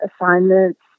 assignments